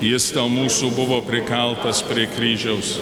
jis ta mūsų buvo prikaltas prie kryžiaus